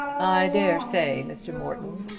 i dare say, mr. morton.